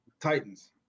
Titans